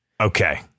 Okay